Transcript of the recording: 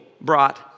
brought